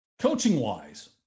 Coaching-wise